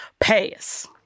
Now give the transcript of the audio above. Pass